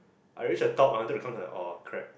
I reach the top I wanted to come until I count oh like crap